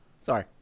Sorry